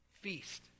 Feast